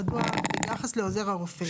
ביחס לעוזר הרופא?